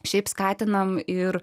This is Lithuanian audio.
šiaip skatiname ir